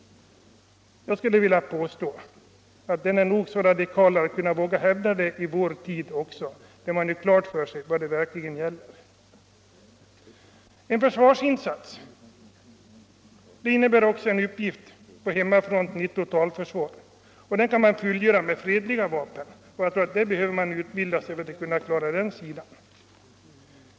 Jag skulle vilja påstå att det är nog så radikalt att våga hävda detta i vår tid; det inser man om man gör klart för sig vad det verkligen gäller. En försvarsinsats innebär också en uppgift på hemmafronten i ett totalförsvar, och den kan man fullgöra med fredliga vapen. Man behöver utbilda sig också för att klara den sidan.